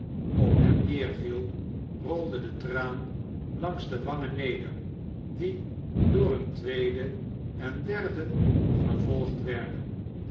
op hem neerviel rolde de traan langs de wangen neder die door een tweeden en derden gevolgd werd